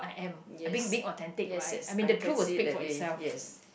yes yes yes I can see it that way yes